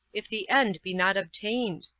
if the end be not obtained?